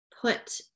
put